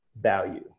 value